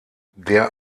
der